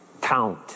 count